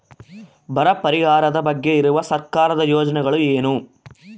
ಬರ ಪರಿಹಾರದ ಬಗ್ಗೆ ಇರುವ ಸರ್ಕಾರದ ಯೋಜನೆಗಳು ಏನು?